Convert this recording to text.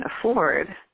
afford